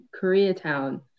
Koreatown